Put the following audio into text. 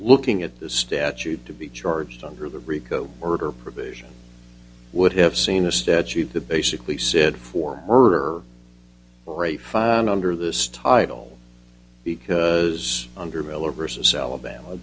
looking at the statute to be charged under the rico order provision would have seen a statute to basically said for murder or a fire under this title because under miller versus alabama